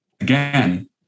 Again